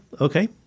Okay